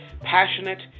passionate